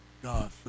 God